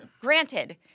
granted